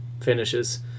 finishes